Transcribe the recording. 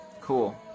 cool